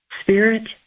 Spirit